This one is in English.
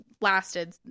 lasted